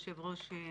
היושב-ראש,